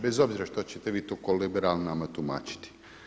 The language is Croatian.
Bez obzira što ćete vi tu kao liberali nama tumačiti.